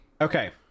Okay